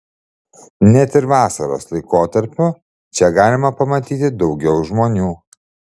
net ir vasaros laikotarpiu čia galima pamatyti daugiau žmonių